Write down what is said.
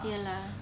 ya lah